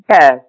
Yes